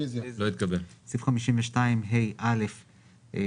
הצבעה ההסתייגות לא אושרה.